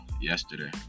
yesterday